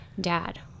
Dad